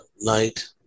night